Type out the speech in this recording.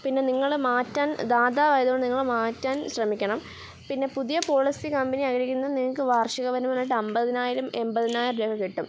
പിന്നെ നിങ്ങളെ മാറ്റാൻ ധാതാവായതുകൊണ്ട് നിങ്ങളെ മാറ്റാൻ ശ്രമിക്കണം പിന്നെ പുതിയ പോളിസി കമ്പനിയായിരിക്കുന്ന നിങ്ങൾക്ക് വാർഷികവരുമാനമായിട്ട് അൻപതിനായിരം എൺപതിനായിരം രൂപ കിട്ടും